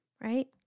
right